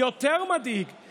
שזה יותר מדאיג,